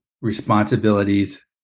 responsibilities